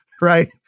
right